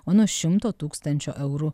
o nuo šimto tūkstančių eurų